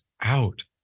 out